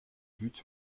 buts